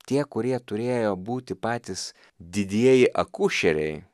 tie kurie turėjo būti patys didieji akušeriai